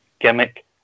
gimmick